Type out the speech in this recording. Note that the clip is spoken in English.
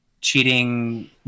cheating